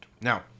Now